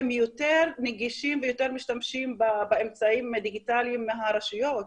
הם יותר נגישים ויותר משתמשים באמצעים הדיגיטליים מהרשויות,